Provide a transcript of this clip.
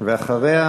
ואחריה,